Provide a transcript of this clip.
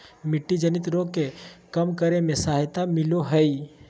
मिट्टी जनित रोग के कम करे में सहायता मिलैय हइ